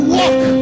walk